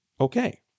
okay